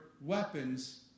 weapons